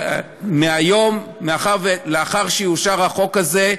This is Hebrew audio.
שמהיום, לאחר שיאושר החוק הזה,